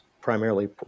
primarily